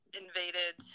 invaded